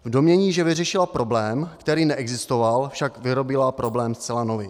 V domnění, že vyřešila problém, který neexistoval, však vyrobila problém zcela nový.